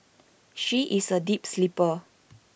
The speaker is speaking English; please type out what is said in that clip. she is A deep sleeper